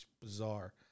Bizarre